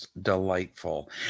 Delightful